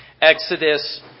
Exodus